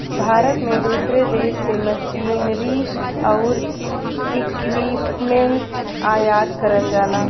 भारत में दूसरे देश से मशीनरी आउर इक्विपमेंट आयात करल जाला